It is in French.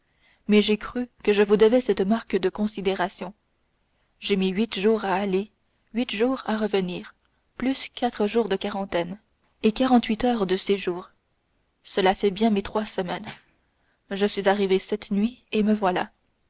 mais j'ai cru que je vous devais cette marque de considération j'ai mis huit jours à aller huit jours à revenir plus quatre jours de quarantaine et quarante-huit heures de séjour cela fait bien mes trois semaines je suis arrivé cette nuit et me voilà